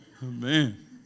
Man